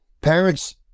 parents